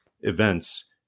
events